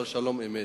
אבל שלום-אמת.